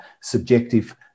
subjective